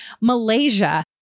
Malaysia